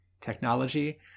technology